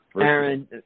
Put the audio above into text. Aaron